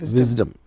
wisdom